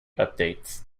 updates